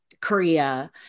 Korea